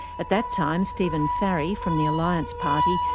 at that time, stephen farry, from the alliance party,